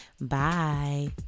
Bye